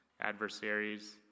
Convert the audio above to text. adversaries